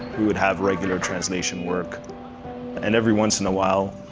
we would have regular translation work and every once in a while